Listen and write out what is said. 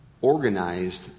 organized